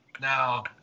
Now